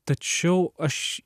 tačiau aš